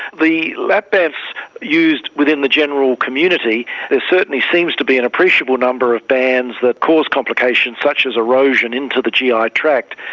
the lap bands used within the general community, there certainly seems to be an appreciable number of bands that cause complications such as erosion into the gi ah tract,